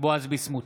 בועז ביסמוט,